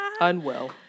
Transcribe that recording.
Unwell